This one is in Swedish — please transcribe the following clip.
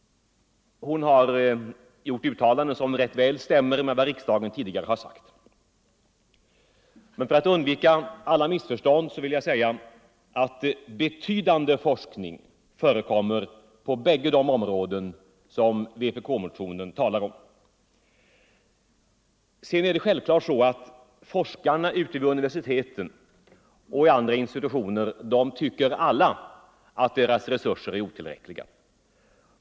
Hon har gjort uttalanden som rätt väl stämmer med vad riksdagen tidigare har sagt. Men för att undvika alla missförstånd vill jag säga att betydande forskning förekommer på båda de områden som vpk-motionen tar upp. Sedan är det självfallet så att de flesta forskare vid universiteten och andra institutioner tycker att deras resurser är otillräckliga.